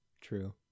True